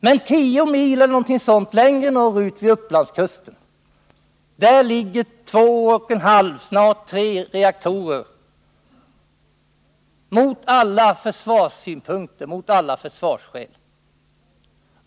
Men 10 mil längre norrut vid Upplandskusten ligger två och en halv, snart tre, reaktorer — en placering som strider emot alla försvarssynpunkter.